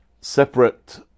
separate